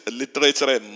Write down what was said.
literature